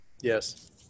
Yes